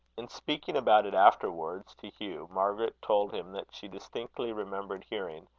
in speaking about it afterwards to hugh, margaret told him that she distinctly remembered hearing,